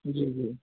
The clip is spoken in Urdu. جی جی